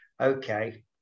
Okay